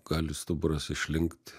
gali stuburas išlinkt